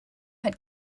had